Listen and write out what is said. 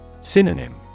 Synonym